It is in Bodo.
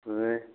ए